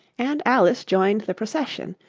and alice joined the procession,